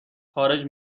خارج